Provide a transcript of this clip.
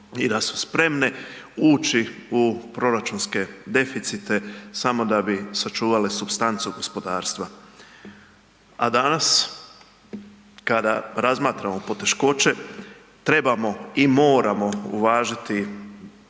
i da su spremne ući u proračunske deficite samo da bi sačuvale supstancu gospodarstva. A danas kada razmatramo poteškoće trebamo i moramo uvažiti